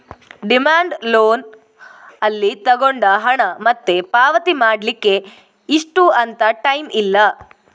demand loan ಅಲ್ಲಿ ತಗೊಂಡ ಹಣ ಮತ್ತೆ ಪಾವತಿ ಮಾಡ್ಲಿಕ್ಕೆ ಇಷ್ಟು ಅಂತ ಟೈಮ್ ಇಲ್ಲ